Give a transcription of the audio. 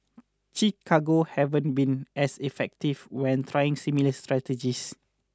Chicago haven't been as effective when trying similar strategies